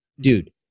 Dude